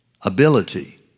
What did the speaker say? ability